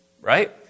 Right